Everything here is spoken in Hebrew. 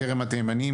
בכרם התימנים,